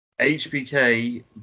HBK